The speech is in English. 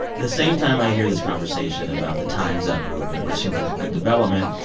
the same time i hear this conversation about the time's up movement, which seems like a good development,